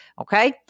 okay